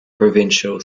provincial